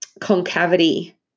concavity